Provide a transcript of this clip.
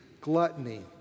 gluttony